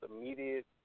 immediate